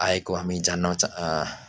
आएको हामी जान्न चा